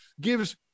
gives